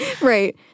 right